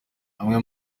amwe